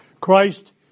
Christ